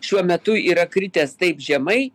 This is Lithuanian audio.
šiuo metu yra kritęs taip žemai